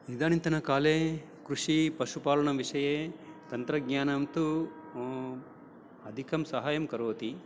इदानींतनकाले कृषिः पशुपालनविषये तन्त्रज्ञानं तु अधिकं साहाय्यं करोति